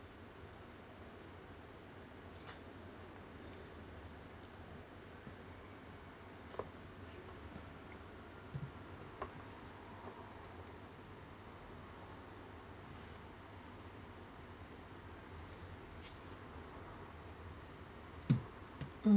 mm~